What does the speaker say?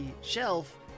shelf